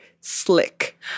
Slick